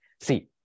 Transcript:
See